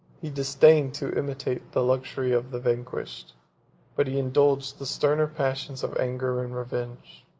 he disdained to imitate the luxury of the vanquished but he indulged the sterner passions of anger and revenge.